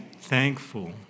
thankful